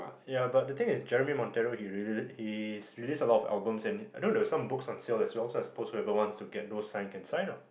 ya but the thing is Jeremy Monteiro he really he's released a lot of albums and I don't know there were some books on sale as well so I suppose whoever wants to get those signed can sign ah